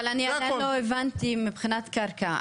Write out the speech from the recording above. אבל אני עדיין לא הבנתי מבחינת קרקע,